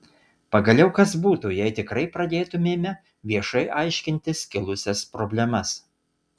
pagaliau kas būtų jei tikrai pradėtumėme viešai aiškintis kilusias problemas